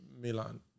Milan